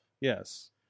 Yes